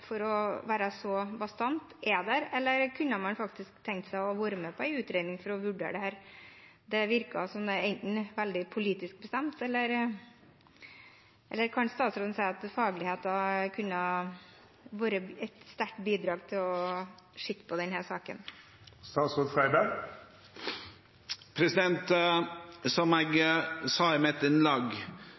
til å være så bastant er der, eller kunne man ha tenkt seg å være med på en utredning for å vurdere dette? Det virker som om det politisk er veldig bestemt. Kan statsråden si at faglighet kunne vært et sterkt bidrag til å se på denne saken? Som jeg sa i mitt innlegg,